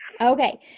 Okay